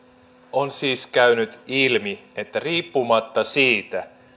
on siis käynyt ilmi että riippumatta siitä